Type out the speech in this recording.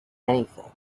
anything